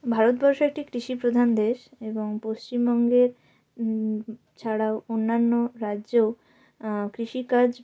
ভারতবর্ষ একটি কৃষি প্রধান দেশ এবং পশ্চিমবঙ্গের ছাড়াও অন্যান্য রাজ্য কৃষিকাজ